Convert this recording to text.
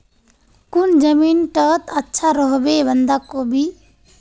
कौन जमीन टत अच्छा रोहबे बंधाकोबी?